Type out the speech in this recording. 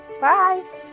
Bye